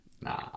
Nah